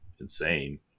insane